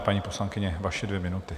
Paní poslankyně, vaše dvě minuty.